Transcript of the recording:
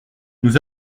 nous